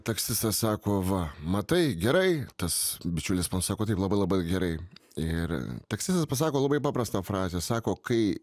taksistas sako va matai gerai tas bičiulis man sako taip labai labai gerai ir taksistas pasako labai paprastą frazę sako kai